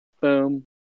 boom